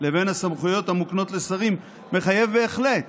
לבין הסמכויות המוקנות לשרים מחייב בהחלט